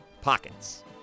pockets